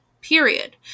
period